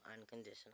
unconditional